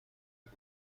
برد